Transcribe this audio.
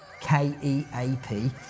k-e-a-p